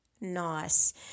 Nice